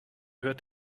hört